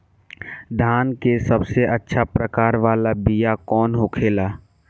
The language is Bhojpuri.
धान के सबसे अच्छा प्रकार वाला बीया कौन होखेला?